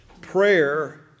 Prayer